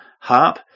harp